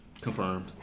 Confirmed